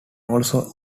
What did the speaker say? also